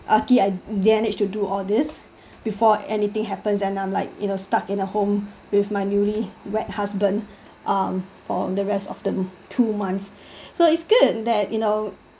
luckily I managed to do all this before anything happens and I'm like you know stuck in a home with my newly wed husband um for the rest of the two months so it's good that you know